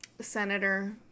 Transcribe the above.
senator